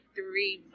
three